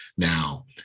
Now